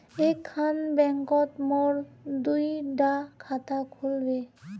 एक खान बैंकोत मोर दुई डा खाता खुल बे?